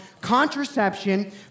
contraception